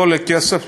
לא כסף,